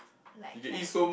like ca~